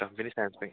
company Samsung